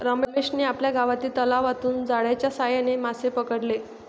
रमेशने आपल्या गावातील तलावातून जाळ्याच्या साहाय्याने मासे पकडले